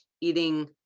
eating